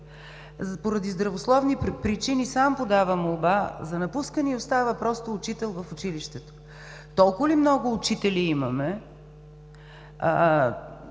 Поради здравословни причини сам подава молба за напускане и остава просто учител в училището. Толкова ли много учители имаме,